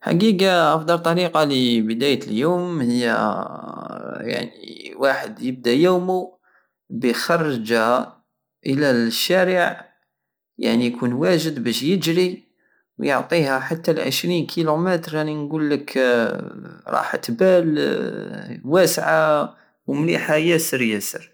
حقيقة افضل طريقة لبداية اليوم هي يعني واحد يبدى يوم بخرجة الى الشارع يعني يكون واجد بش يجري وعطيها حتى لعشرين كيلوميتر راني نقولك راحت بال واسعة وليحة ياسر ياسر